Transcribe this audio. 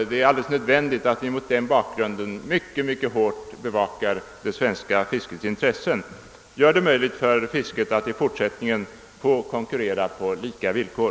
Vi måste alltså hårt bevaka det svenska fiskets intressen och göra det möjligt för detta att i fortsättningen konkurrera på lika villkor.